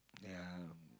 yeah